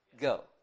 Go